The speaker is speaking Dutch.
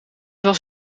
was